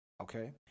okay